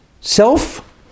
Self